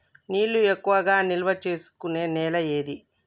నీళ్లు ఎక్కువగా నిల్వ చేసుకునే నేల ఏది?